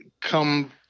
come